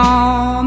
on